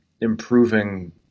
improving